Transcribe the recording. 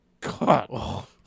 God